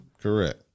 Correct